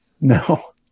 No